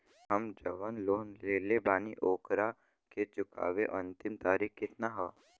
हम जवन लोन लेले बानी ओकरा के चुकावे अंतिम तारीख कितना हैं?